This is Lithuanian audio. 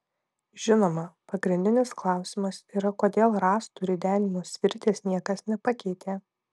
žinoma pagrindinis klausimas yra kodėl rąstų ridenimo svirties niekas nepakeitė